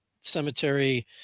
cemetery